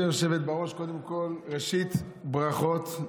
גברתי היושבת בראש, קודם כול, ראשית, ברכות.